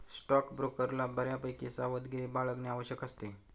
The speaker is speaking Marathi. स्टॉकब्रोकरला बऱ्यापैकी सावधगिरी बाळगणे आवश्यक असते